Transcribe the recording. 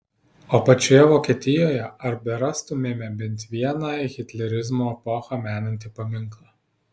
o pačioje vokietijoje ar berastumėme bent vieną hitlerizmo epochą menantį paminklą